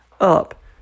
Up